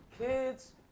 kids